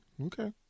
Okay